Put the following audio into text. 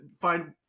find